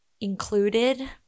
included